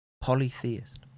polytheist